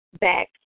back